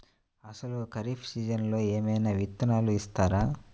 అసలు ఖరీఫ్ సీజన్లో ఏమయినా విత్తనాలు ఇస్తారా?